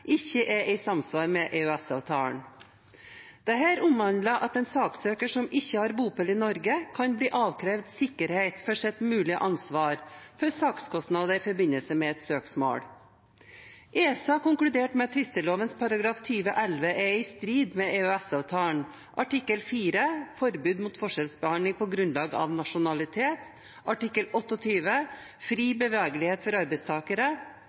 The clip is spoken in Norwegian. ikke er i samsvar med EØS-avtalen. Dette omhandler at en saksøker som ikke har bopel i Norge, kan bli avkrevd sikkerhet for sitt mulige ansvar for sakskostnader i forbindelse med et søksmål. ESA konkluderte med at tvisteloven § 20-11 er i strid med EØS-avtalen artikkel 4, forbud mot forskjellsbehandling på grunnlag av nasjonalitet, artikkel 28, fri bevegelighet for arbeidstakere,